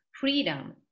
freedom